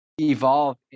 evolve